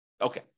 Okay